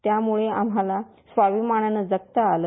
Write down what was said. त्यामुळे आम्हाला स्वाभिमानानं जगता आलं